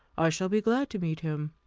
i shall be glad to meet him.